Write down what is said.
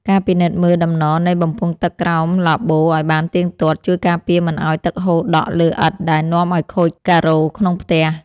ការពិនិត្យមើលដំណនៃបំពង់ទឹកក្រោមឡាបូឱ្យបានទៀងទាត់ ជួយការពារមិនឱ្យទឹកហូរដក់លើឥដ្ឋដែលនាំឱ្យខូចការ៉ូក្នុងផ្ទះ។